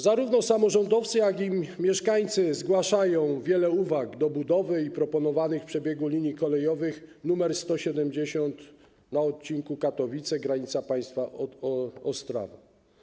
Zarówno samorządowcy, jak i mieszkańcy zgłaszają wiele uwag odnośnie do budowy i proponowanych wariantów przebiegu linii kolejowej nr 170 na odcinku Katowice - granica państwa - Ostrawa.